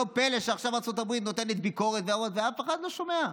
לא פלא שעכשיו ארצות הברית נותנת ביקורת ואף אחד לא שומע.